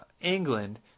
England